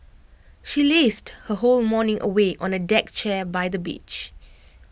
she lazed her whole morning away on A deck chair by the beach